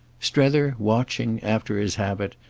strether, watching, after his habit,